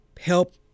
help